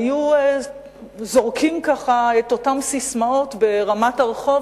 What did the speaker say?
היו זורקים כך את אותן ססמאות ברמת הרחוב,